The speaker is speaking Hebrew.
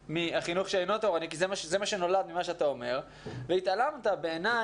מהחינוך שאינו תורני כי זה מה שנולד ממה שאתה אומר ובעיניי התעלמת